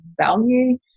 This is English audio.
value